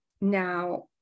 Now